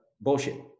bullshit